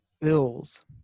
Bills